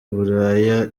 buraya